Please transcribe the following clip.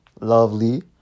lovely